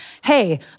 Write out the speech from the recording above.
hey